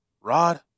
Rod